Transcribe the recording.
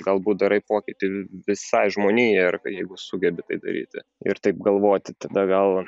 galbūt darai pokytį visai žmonijai ar jeigu sugebi tai daryti ir taip galvoti tada gal